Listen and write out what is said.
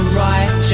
right